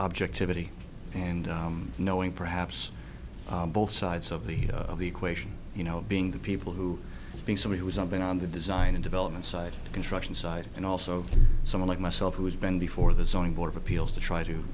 objectivity and knowing perhaps both sides of the equation you know being the people who think somebody was something on the design and development side construction side and also someone like myself who had been before the zoning board of appeals to try to